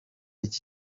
iki